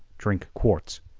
drink quarts.